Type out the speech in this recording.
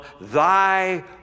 thy